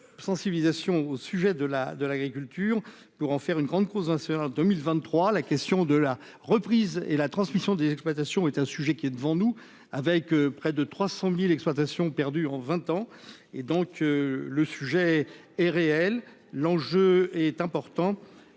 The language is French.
de sensibilisation au sujet de la, de l'agriculture pour en faire une grande cause nationale en 2023 la question de la reprise et la transmission des exploitations est un sujet qui est devant nous, avec près de 300000 exploitations perdus en 20 ans, et donc le sujet est réel, l'enjeu est important